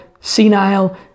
senile